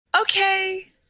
okay